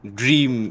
dream